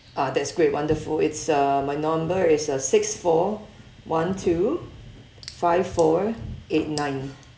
ah that's great wonderful it's uh my number is uh six four one two five four eight nine